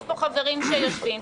יש פה חברים שיושבים,